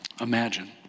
Imagine